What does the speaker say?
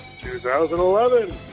2011